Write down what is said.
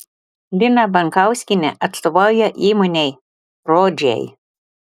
lina bankauskienė atstovauja įmonei rodžiai